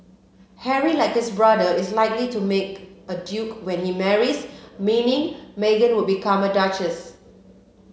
Harry like his brother is likely to be made a duke when he marries meaning Meghan would become a duchess